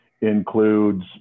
includes